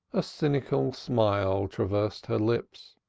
a cynical smile traversed her lips.